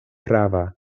prava